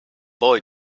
boy